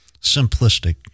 simplistic